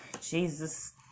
Jesus